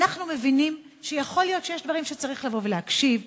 אנחנו מבינים שיכול להיות שיש דברים שצריך לבוא ולהקשיב ולשמוע.